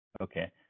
Okay